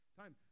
time